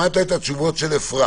שמעת את התשובות של אפרת.